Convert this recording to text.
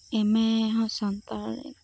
ᱮᱢᱮ ᱦᱚᱸ ᱥᱟᱱᱛᱟᱲᱤᱛᱮᱧ